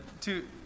two